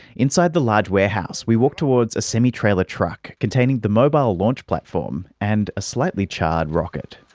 inside the large warehouse we walked towards a semitrailer truck containing the mobile launch platform and a slightly charred rocket.